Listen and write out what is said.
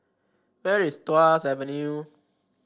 where is Tuas Avenue